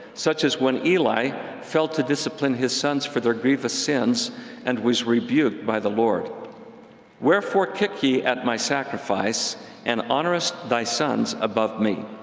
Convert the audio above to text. such as when eli failed to discipline his sons for their grievous sins and was rebuked by the lord wherefore kick ye at my sacrifice and honourest thy sons above me?